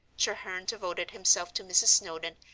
treherne devoted himself to mrs. snowdon,